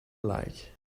like